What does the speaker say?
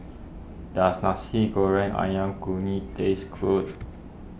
does Nasi Goreng Ayam Kunyit taste good